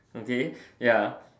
okay ya